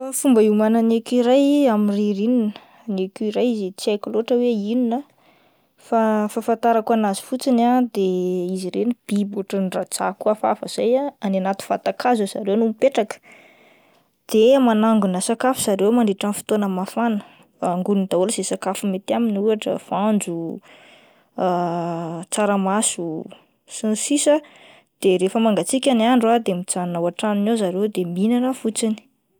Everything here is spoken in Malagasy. Fomba hiomanana'ny écureille amin'ny ririnina, ny écureille izay tsy haiko loatra hoe inona ah fa ny fahafantarako an'azy fotsiny de izy ireny de biby ohatran'ny rajako hafahafa izay ah, any anaty vatan-kazo zareo no mipetraka de manangona sakafo zareo mandritra ny fotoana mafana angoniny daholo izay sakafo mety amin'ny ohatra voanjo, tsaramaso sy ny sisa ah ,dde rehefa mangatsiaka ny andro ah de mijanona ao an-tranony ao zareo de mihinana fotsiny.